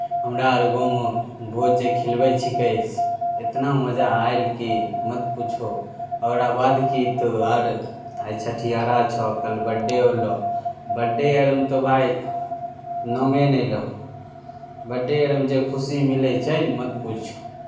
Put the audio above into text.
हमरा आर गाँवमे भोज जे खिलबै छिकै इतना मजा आयल की मत पूछौ ओकरा बाद की तऽ आर आइ छठिआरा छौ कल बड्डे होलौ बड्डे आरमे तऽ भाय नामे नहि लो बड्डे आरमे जे खुशी मिलै छै ने मत पूछ